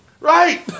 Right